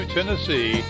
Tennessee